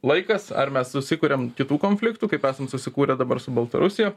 laikas ar mes susikuriam kitų konfliktų kaip esam susikūrę dabar su baltarusija